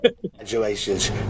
Congratulations